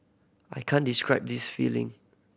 I can't describe this feeling